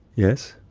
yes.